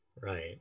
Right